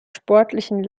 sportlichen